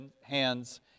hands